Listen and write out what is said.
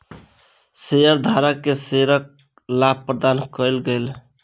शेयरधारक के शेयरक लाभ प्रदान कयल गेल